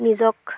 নিজক